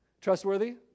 Trustworthy